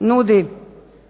nudi